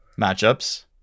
matchups